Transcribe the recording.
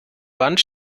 wand